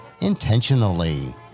intentionally